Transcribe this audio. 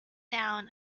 down